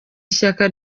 ishyaka